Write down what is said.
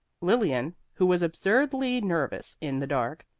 lilian, who was absurdly nervous in the dark,